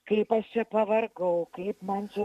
kaip aš čia pavargau kaip man čia